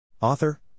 Author